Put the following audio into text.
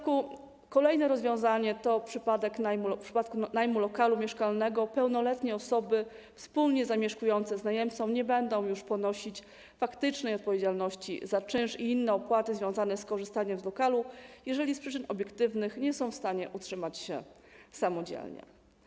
Kolejne rozwiązanie - w przypadku najmu lokalu mieszkalnego pełnoletnie osoby wspólnie zamieszkujące z najemcą nie będą już ponosić faktycznej odpowiedzialności za czynsz i inne opłaty związane z korzystaniem z lokalu, jeżeli z przyczyn obiektywnych nie są w stanie utrzymać się samodzielnie.